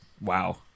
Wow